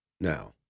now